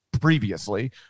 previously –